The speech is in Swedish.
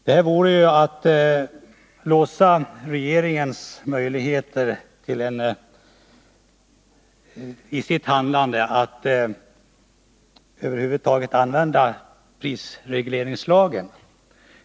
Det vore att låsa regeringens möjligheter att över huvud taget använda prisregleringslagen.